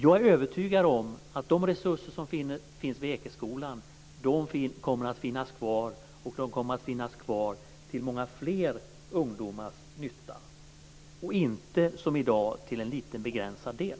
Jag är övertygad om att de resurser som finns vid Ekeskolan kommer att finnas kvar, och de kommer att finnas kvar till nytta för många fler ungdomar, och inte som i dag för en liten begränsad del.